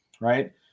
right